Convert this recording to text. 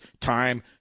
time